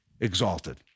exalted